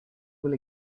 will